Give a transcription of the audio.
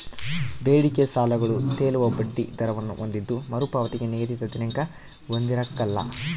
ಬೇಡಿಕೆ ಸಾಲಗಳು ತೇಲುವ ಬಡ್ಡಿ ದರವನ್ನು ಹೊಂದಿದ್ದು ಮರುಪಾವತಿಗೆ ನಿಗದಿತ ದಿನಾಂಕ ಹೊಂದಿರಕಲ್ಲ